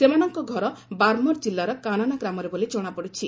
ସେମାନଙ୍କ ଘର ବାରମର ଜିଲ୍ଲା କାନାନା ଗ୍ରାମରେ ବୋଲି ଜଶାପଡିଛି